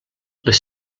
les